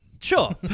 Sure